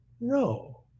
no